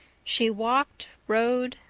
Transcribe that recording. she walked, rowed,